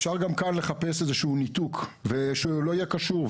אפשר גם כאן לחפש איזה שהוא ניתוק ושהוא לא יהיה קשור.